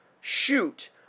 shoot